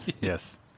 Yes